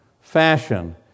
fashion